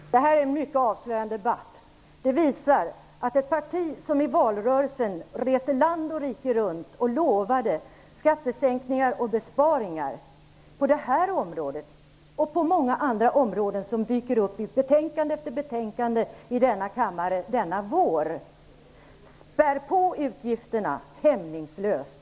Herr talman! Detta har varit en mycket avslöjande debatt. Den har visat att ett parti, som i valrörelsen reste land och rike runt och lovade skattesänkningar och besparingar, på detta område och på andra områden som dyker upp i betänkande efter betänkande i denna kammare under denna vår, spär på utgifterna hämningslöst.